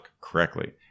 correctly